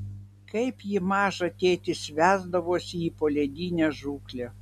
kaip jį mažą tėtis vesdavosi į poledinę žūklę